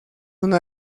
una